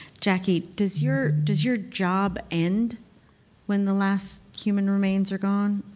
jackie, does your does your job end when the last human remains are gone?